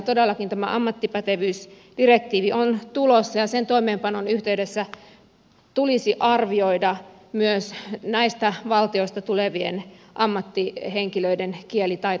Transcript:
todellakin tämä ammattipätevyysdirektiivi on tulossa ja sen toimeenpanon yhteydessä tulisi arvioida myös näistä valtioista tule vien ammattihenkilöiden kielitaito